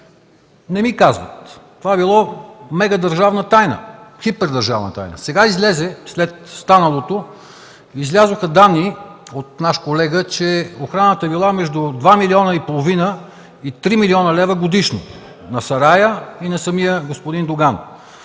Не ми казват, това било мега държавна тайна, хипер държавна тайна. След станалото излязоха данни от наш колега, че охраната била между два милиона и половина и три милиона лева годишно на сарая и на самия господин Доган.